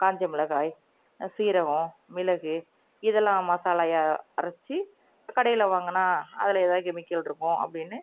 காய்ஞ்ச மிளகாய் சீரகம் மிளகு இதெல்லாம் மசாலாவை அரைச்சு கடையில் வாங்கினா அதில் ஏதா கெமிக்கல் இருக்கும் அப்படின்னு